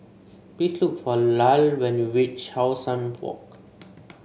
please look for Lyle when you reach How Sun Walk